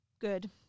good